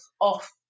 off